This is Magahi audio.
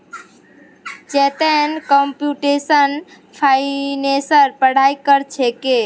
चेतन कंप्यूटेशनल फाइनेंसेर पढ़ाई कर छेक